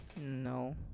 No